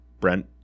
Brent